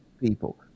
people